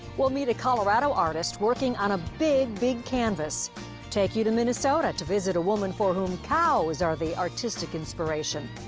we'll meet a colorado artist working on a big, big canvas take you to minnesota to visit with a woman for whom cows are the artistic inspiration.